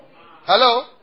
Hello